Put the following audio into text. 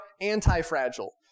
anti-fragile